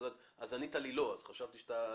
טוב שהבהרנו.